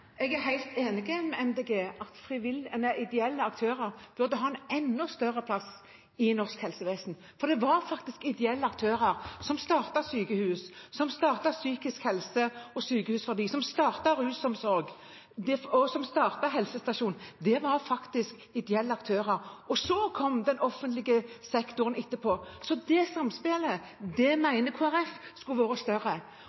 Jeg er helt enig med Miljøpartiet De Grønne i at ideelle aktører burde ha en enda større plass i norsk helsevesen. Det var faktisk ideelle aktører som startet sykehus, som startet sykehus med tanke på psykisk helse, som startet rusomsorg, og som startet helsestasjoner. Det var faktisk ideelle aktører, og så kom den offentlige sektoren etterpå, og samspillet der mener Kristelig Folkeparti skulle vært større. Når det